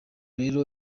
rero